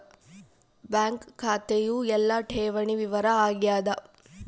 bank ಖಾತೆಯು ಎಲ್ಲ ಠೇವಣಿ ವಿವರ ವಾಗ್ಯಾದ